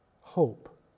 hope